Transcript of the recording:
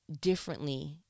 differently